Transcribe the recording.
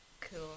Cool